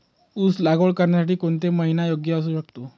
ऊस लागवड करण्यासाठी कोणता महिना योग्य असू शकतो?